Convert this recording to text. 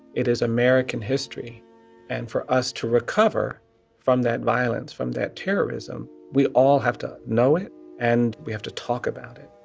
it is american history and for us to recover from that violence, from that terrorism, we all have to know it and we have to talk about it.